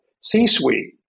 C-suite